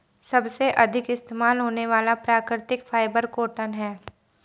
सबसे अधिक इस्तेमाल होने वाला प्राकृतिक फ़ाइबर कॉटन है